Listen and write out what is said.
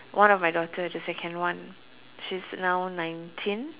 one of my daughter the second one she's now nineteen